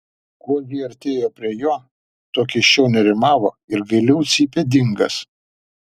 kuo ji artėjo prie jo tuo keisčiau nerimavo ir gailiau cypė dingas